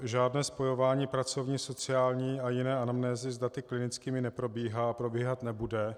Žádné spojování pracovní, sociální a jiné anamnézy s daty klinickými neprobíhá a probíhat nebude.